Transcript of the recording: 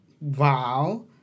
Wow